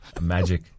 Magic